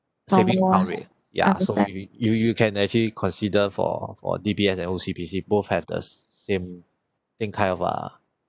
saving account rate ya so you you you can actually consider for for D_B_S and O_C_B_C both have the same same kind of err